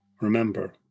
remember